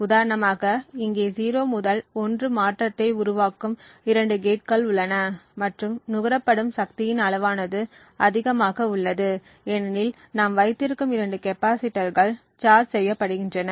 உதாரணமாக இங்கே 0 முதல் 1 மாற்றத்தை உருவாக்கும் இரண்டு கேட்கள் உள்ளன மற்றும் நுகரப்படும் சக்தியின் அளவானது அதிகமாக உள்ளது ஏனெனில் நாம் வைத்திருக்கும் இரண்டு கெப்பாசிட்டர்கள் சார்ஜ் செய்ய படுகின்றன